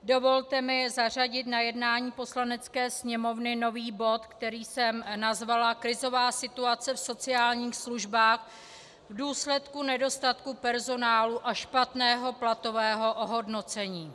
Dovolte mi zařadit na jednání Poslanecké sněmovny nový bod, který jsem nazvala Krizová situace v sociálních službách v důsledku nedostatku personálu a špatného platového ohodnocení.